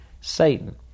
Satan